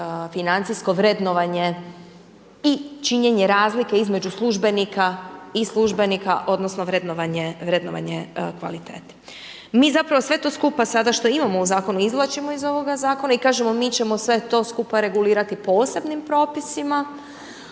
financijsko vrednovanje i činjenje razlike između službenika i službenika odnosno vrednovanje kvalitete. Mi zapravo sve to skupa sada što imamo u zakonu izvlačimo iz ovoga zakona i kažemo mi ćemo sve to skupa regulirati posebnim propisima